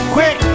Quick